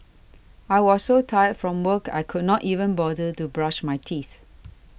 I was so tired from work I could not even bother to brush my teeth